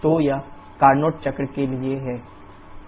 तो यह कार्नोट चक्र के लिए है